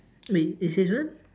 wait it says what